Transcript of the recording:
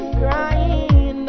crying